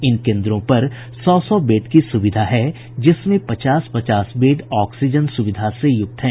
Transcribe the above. इन केन्द्रों पर सौ सौ बेड की सुविधा है जिसमें पचास पचास बेड ऑक्सीजन सुविधा से युक्त है